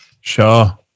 Sure